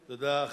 תודה.